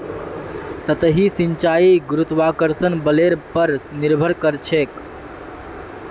सतही सिंचाई गुरुत्वाकर्षण बलेर पर निर्भर करछेक